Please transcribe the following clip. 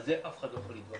על זה אף אחד לא יכול להתווכח,